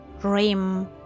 Dream